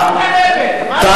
אם אתם